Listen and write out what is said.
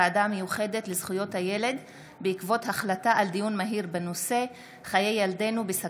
מסקנות הוועדה המיוחדת לזכויות הילד בעקבות דיון מהיר בהצעתם של חברי